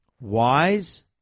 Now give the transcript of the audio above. wise